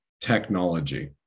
technology